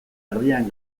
erdian